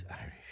Irish